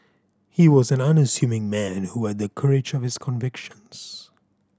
he was an unassuming man and who had the courage of his convictions